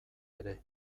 ere